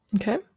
okay